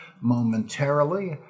momentarily